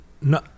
no